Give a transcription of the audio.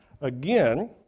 again